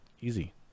Easy